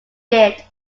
did